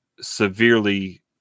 severely